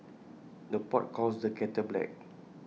the pot calls the kettle black